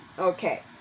Okay